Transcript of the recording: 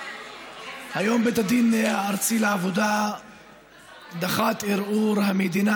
היום בית הדין הארצי לעבודה דחה את הערעור שהמדינה